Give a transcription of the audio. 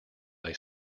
they